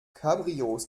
cabrios